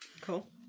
Cool